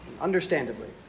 understandably